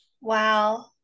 Wow